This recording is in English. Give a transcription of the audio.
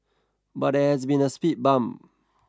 but there has been a speed bump